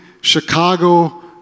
Chicago